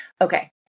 Okay